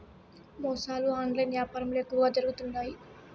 మోసాలు ఆన్లైన్ యాపారంల ఎక్కువగా జరుగుతుండాయి